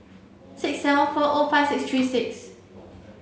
six seven four O five six three six